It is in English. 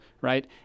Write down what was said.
right